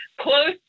close